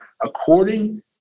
according